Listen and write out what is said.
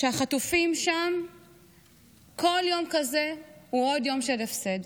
כשהחטופים שם כל יום כזה הוא עוד יום של הפסד.